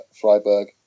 Freiburg